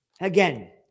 Again